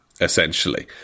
essentially